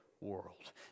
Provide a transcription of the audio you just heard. world